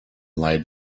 lied